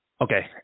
Okay